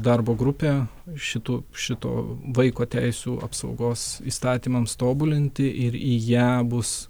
darbo grupė šitų šito vaiko teisių apsaugos įstatymams tobulinti ir į ją bus